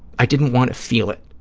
i didn't want to feel it,